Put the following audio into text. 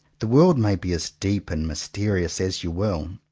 the world may be as deep and mysterious as you will,